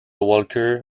walker